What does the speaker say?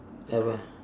at where